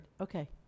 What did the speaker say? Okay